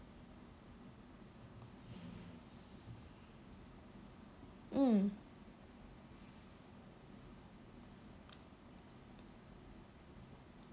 mm